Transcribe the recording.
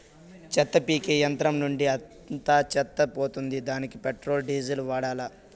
చెత్త పీకే యంత్రం నుండి అంతా చెత్త పోతుందా? దానికీ పెట్రోల్, డీజిల్ వాడాలా?